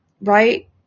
right